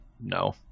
no